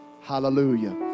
Hallelujah